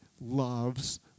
loves